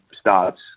starts